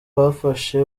bafashe